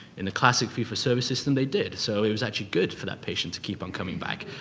in the classic fee for service system they did, so it was actually good for that patient to keep on coming back.